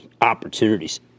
opportunities